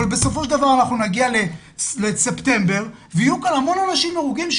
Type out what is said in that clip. אבל בסופו של דבר אנחנו נגיע לספטמבר ויהיו כאן המון אנשים הרוגים,